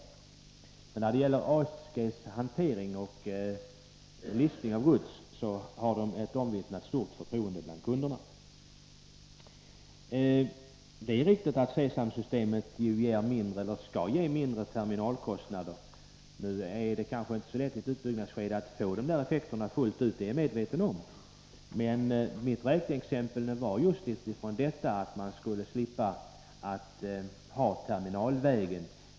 Men ASG har när det gäller hanteringen av gods ett omvittnat stort förtroende bland kunderna. Det är riktigt att C-samsystemet skall ge och ger mindre terminalkostnader. Det är kanske inte så lätt att i ett utbyggnadsskede få effekterna fullt ut — det är jag helt medveten om. Mitt räkneexempel gick ut på att man skulle slippa terminalen.